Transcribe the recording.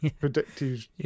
Predictive